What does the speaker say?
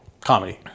Comedy